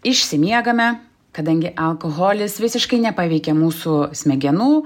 išsimiegame kadangi alkoholis visiškai nepaveikia mūsų smegenų